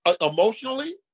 emotionally